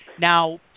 now